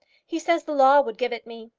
he says the law would give it me.